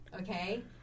Okay